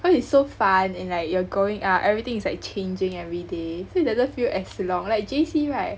cause it's so fun in like you're growing up everything is like changing every day so it doesn't feel as long like J_C right